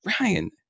Ryan